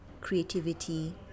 creativity